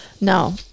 No